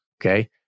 Okay